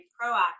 proactive